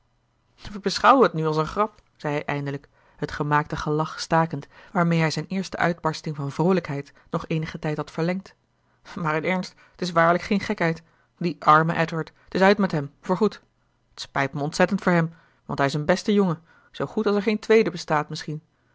we beschouwen t nu als een grap zei hij eindelijk het gemaakte gelach stakend waarmee hij zijn eerste uitbarsting van vroolijkheid nog eenigen tijd had verlengd maar in ernst het is waarlijk geen gekheid die arme edward het is uit met hem voor goed t spijt me ontzettend voor hem want hij is een beste jongen zoo goed als er geen tweede bestaat misschien